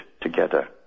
together